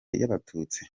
y’abatutsi